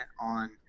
on